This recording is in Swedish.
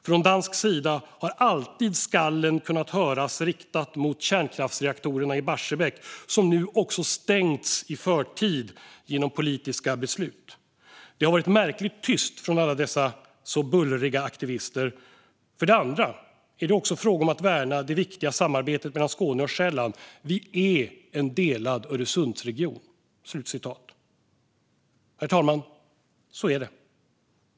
Från dansk sida har alltid skallen kunnat höras riktat mot kärnkraftsreaktorerna i Barsebäck som nu också stängts i förtid genom politiskt beslut. Det har varit märkligt tyst från alla dessa tidigare så bullriga aktivister. För det andra är det också fråga om att värna det viktiga samarbetet mellan Skåne och Själland. Vi är en delad Öresundsregion!" Herr talman! Så är det.